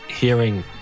hearing